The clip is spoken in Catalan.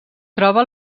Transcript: troba